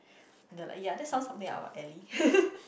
the ya that sound something like our alley